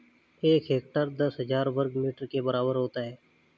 एक हेक्टेयर दस हजार वर्ग मीटर के बराबर होता है